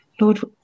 Lord